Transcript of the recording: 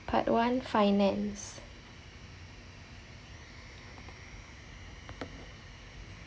part one finance